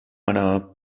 meiner